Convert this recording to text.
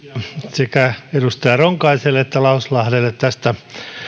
sekä edustaja ronkaiselle että edustaja lauslahdelle tästä